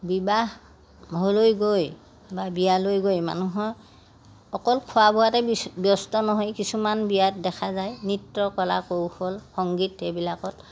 বিবাহলৈ গৈ বা বিয়ালৈ গৈ মানুহৰ অকল খোৱা বোৱাতে ব্যস্ত নহয় কিছুমান বিয়াত দেখা যায় নৃত্য কলা কৌশল সংগীত সেইবিলাকত